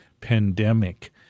pandemic